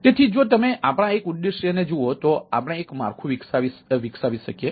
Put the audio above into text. તેથી જો તમે આપણા એક ઉદ્દેશને જુઓ તો આપણે એક માળખું વિકસાવી શકીએ